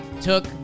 took